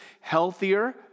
healthier